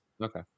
Okay